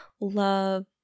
love